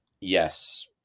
yes